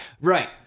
right